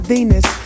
Venus